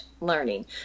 learning